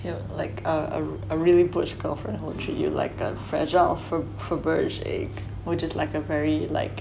you know like a a a really butch girlfriend who would you like a fragile fer~ faberge egg which is like a very like